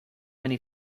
many